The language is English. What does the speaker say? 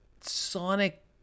sonic